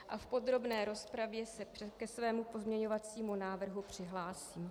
V podrobné rozpravě se ke svému pozměňovacímu návrhu přihlásím.